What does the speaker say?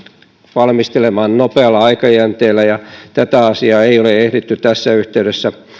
valmistelemaan nopealla aikajänteellä ja tätä asiaa ei ole ehditty tässä yhteydessä